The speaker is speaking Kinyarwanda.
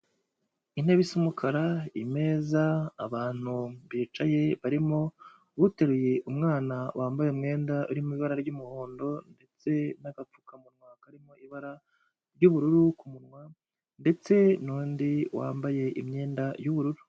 Intebe z'umukara, imeza, abantu bicaye barimo uteruye umwana wambaye umwenda urimo ibara ry'umuhondo ndetse n'agapfukamunwa karimo ibara ry'ubururu ku munwa ndetse n'undi wambaye imyenda y'ubururu.